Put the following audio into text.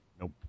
Nope